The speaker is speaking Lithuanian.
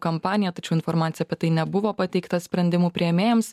kampaniją tačiau informacija apie tai nebuvo pateikta sprendimų priėmėjams